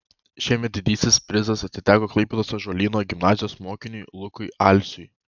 šiemet didysis prizas atiteko klaipėdos ąžuolyno gimnazijos mokiniui lukui alsiui